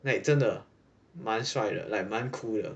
like 真的蛮帅的蛮 cool 的